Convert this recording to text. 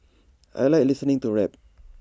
I Like listening to rap